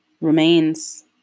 remains